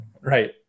Right